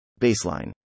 Baseline